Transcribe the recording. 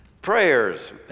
Prayers